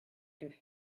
deux